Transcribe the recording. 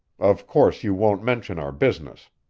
of course you won't mention our business.